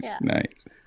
nice